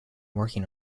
working